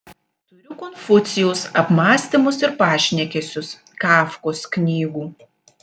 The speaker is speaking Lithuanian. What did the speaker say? turiu konfucijaus apmąstymus ir pašnekesius kafkos knygų